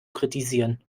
kritisieren